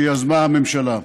שיזמה הממשלה.